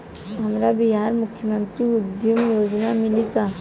हमरा बिहार मुख्यमंत्री उद्यमी योजना मिली का?